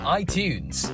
iTunes